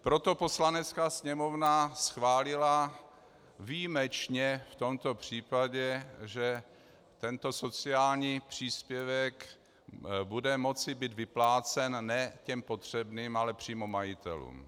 Proto Poslanecká sněmovna schválila výjimečně v tomto případě, že tento sociální příspěvek bude moci být vyplácen ne těm potřebným, ale přímo majitelům.